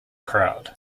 crowd